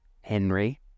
Henry